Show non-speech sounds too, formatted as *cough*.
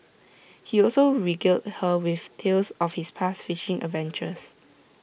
he also regaled her with tales of his past fishing adventures *noise*